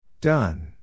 Done